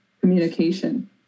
communication